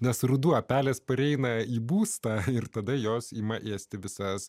nes ruduo pelės pareina į būstą ir tada jos ima ėsti visas